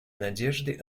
надежды